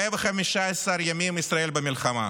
115 ימים ישראל במלחמה,